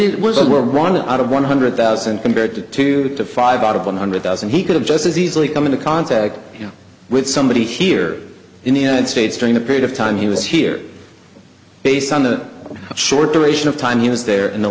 it was and we're running out of one hundred thousand compared to two to five out of one hundred thousand he could have just as easily come into contact with somebody here in the united states during the period of time he was here based on the short duration of time he was there in the